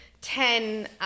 Ten